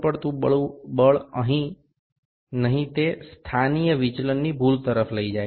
সুতরাং কোনও অতিরিক্ত বল নয় এটি অবস্থানগত বিচ্যুতির কারণে ত্রুটির সৃষ্টি করতে পারে